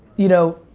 you know,